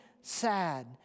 sad